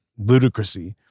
Ludicrousy